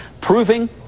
proving